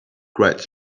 cried